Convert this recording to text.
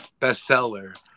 bestseller